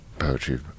poetry